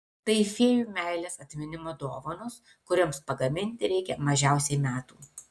tai fėjų meilės atminimo dovanos kurioms pagaminti reikia mažiausiai metų